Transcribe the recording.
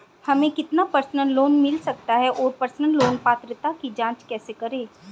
हमें कितना personal loan मिल सकता है और पर्सनल लोन पात्रता की जांच कैसे करें?